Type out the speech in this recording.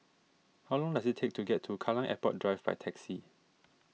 how long does it take to get to Kallang Airport Drive by taxi